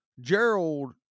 gerald